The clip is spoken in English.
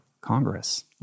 Congress